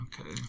Okay